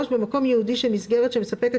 " במקום ייעודי של מסגרת שמספקת